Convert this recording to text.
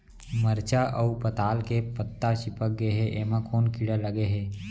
मरचा अऊ पताल के पत्ता चिपक गे हे, एमा कोन कीड़ा लगे है?